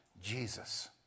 Jesus